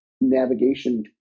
navigation